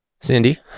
Cindy